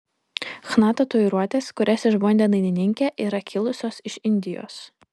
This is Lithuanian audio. chna tatuiruotės kurias išbandė dainininkė yra kilusios iš indijos